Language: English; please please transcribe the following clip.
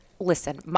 Listen